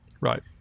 Right